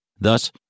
Thus